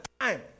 time